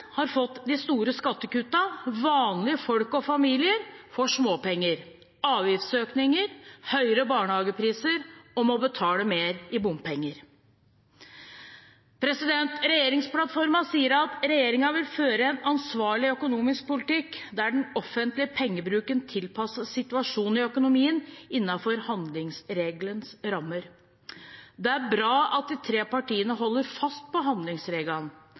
har fått de store skattekuttene, vanlige folk og familier får småpenger og avgiftsøkninger, høyere barnehagepriser og må betale mer i bompenger. Regjeringsplattformen sier at regjeringen vil føre en ansvarlig økonomisk politikk der den offentlige pengebruken tilpasses situasjonen i økonomien innenfor handlingsregelens rammer. Det er bra at de tre partiene holder fast på handlingsregelen,